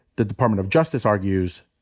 the department of justice argues,